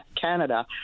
Canada